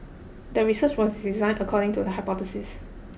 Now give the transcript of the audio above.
the research was designed according to the hypothesis